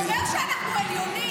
הוא אומר שאנחנו עליונים.